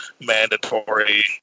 mandatory